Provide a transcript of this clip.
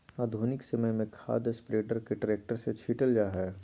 आधुनिक समय में खाद स्प्रेडर के ट्रैक्टर से छिटल जा हई